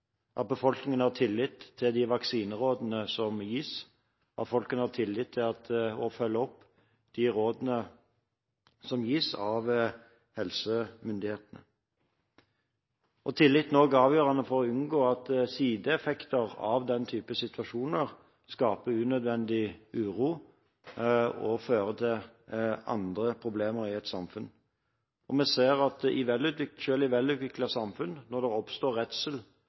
at befolkningen har tillit til de vaksinerådene som gis, at folk har tillit til og følger opp de rådene som gis av helsemyndighetene. Tilliten er også avgjørende for å unngå at sideeffekter av den type situasjoner skaper unødvendig uro og fører til andre problemer i et samfunn. Vi ser at når det oppstår redsel for epidemier, selv i velutviklede samfunn, så får det